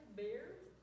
bears